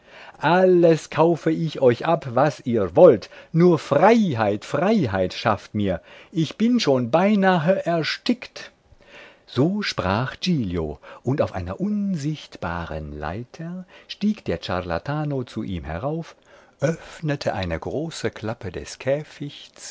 alles kaufe ich euch ab was ihr wollt nur freiheit freiheit schafft mir ich bin schon beinahe erstickt so sprach giglio und auf einer unsichtbaren leiter stieg der ciarlatano zu ihm herauf öffnete eine große klappe des